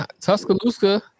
Tuscaloosa